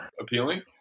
appealing